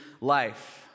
life